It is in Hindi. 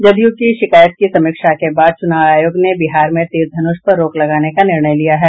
जदयू की शिकायत की समीक्षा के बाद चुनाव आयोग ने बिहार में तीर धनुष पर रोक लगाने का निर्णय लिया है